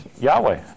Yahweh